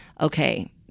okay